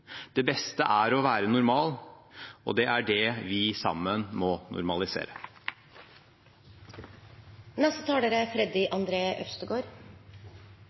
Det beste er å være normal – det er det vi sammen må normalisere. Dagen i dag er